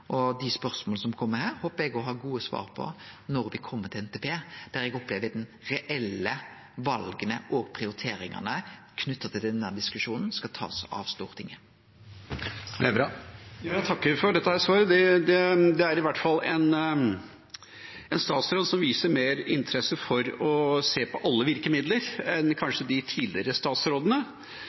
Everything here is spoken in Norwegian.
som har kome her, håpar eg å ha gode svar på når me kjem til NTP, der eg opplever at dei reelle vala og prioriteringane knytte til denne diskusjonen skal tas av Stortinget. Jeg takker for dette svaret. Det er i hvert fall en statsråd som viser mer interesse for å se på alle virkemidler enn kanskje de tidligere statsrådene